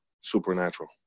supernatural